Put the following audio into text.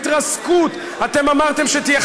התרסקות, אתם אמרתם שתהיה.